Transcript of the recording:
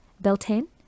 Beltane